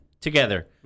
together